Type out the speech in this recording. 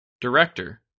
Director